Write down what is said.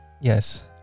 Yes